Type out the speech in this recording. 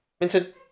Minton